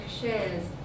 shares